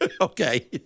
Okay